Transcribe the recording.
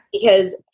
Because-